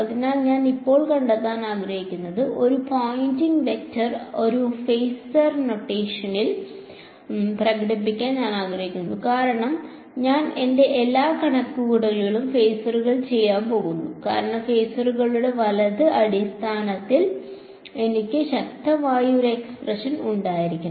അതിനാൽ ഞാൻ ഇപ്പോൾ കണ്ടെത്താൻ ആഗ്രഹിക്കുന്നു ഈ Poynting വെക്റ്റർ ഒരു ഫേസർ നൊട്ടേഷനിൽ പ്രകടിപ്പിക്കാൻ ഞാൻ ആഗ്രഹിക്കുന്നു കാരണം ഞാൻ എന്റെ എല്ലാ കണക്കുകൂട്ടലുകളും ഫേസറിൽ ചെയ്യാൻ പോകുന്നു കാരണം ഫേസറുകളുടെ വലത് അടിസ്ഥാനത്തിൽ എനിക്ക് ശക്തിക്ക് ഒരു എക്സ്പ്രഷൻ ഉണ്ടായിരിക്കണം